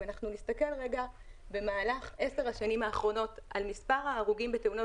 אם נסתכל במהלך 10 השנים האחרונות על מספר ההרוגים בתאונות